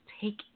take